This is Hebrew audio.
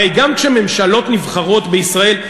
הרי גם כשממשלות נבחרות בישראל,